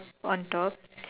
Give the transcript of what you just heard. on top